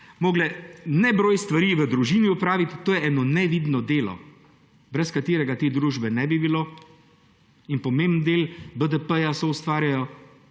morale nebroj stvari v družini opraviti. To je eno nevidno delo, brez katerega te družbe ne bi bilo, in pomemben del BDP-ja soustvarjajo,